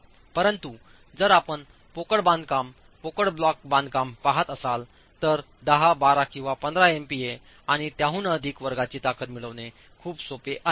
परंतु जर आपण पोकळ बांधकाम पोकळ ब्लॉक बांधकाम पाहत असाल तर 10 12 किंवा 15 एमपीए आणि त्याहून अधिक वर्गाची ताकद मिळविणे खूप सोपे आहे